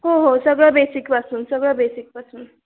हो हो सगळं बेसिकपासून सगळं बेसिकपासून